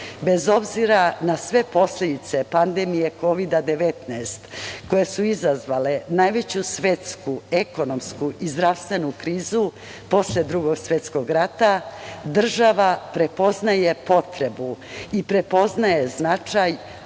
obzira na sve posledice pandemije Kovid19, koje su izazvale najveću svetsku ekonomsku i zdravstvenu krizu, posle Drugog svetskog rata država prepoznaje potrebu i prepoznaje značaj